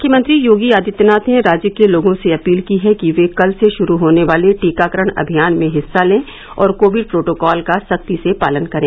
मुख्यमंत्री योगी आदित्यनाथ ने राज्य के लोगों से अपील की है कि वे कल से शुरू होने वाले टीकाकरण अमियान में हिस्सा लें और कोविड प्रोटोकॉल का सख्ती से पालन करें